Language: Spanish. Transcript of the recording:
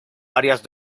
varias